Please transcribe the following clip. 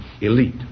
elite